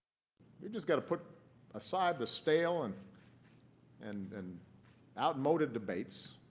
we've just got to put aside the stale and and and outmoded debates.